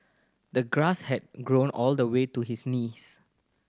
the grass had grown all the way to his knees